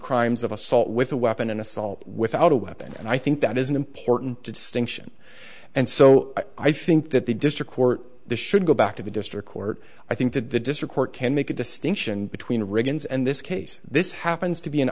crimes of assault with a weapon an assault without a weapon and i think that is an important distinction and so i think that the district court this should go back to the district court i think that the district court can make a distinction between riggins and this case this happens to be an